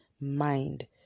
mind